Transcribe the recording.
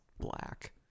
black